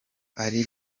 ari